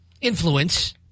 influence